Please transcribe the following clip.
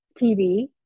tv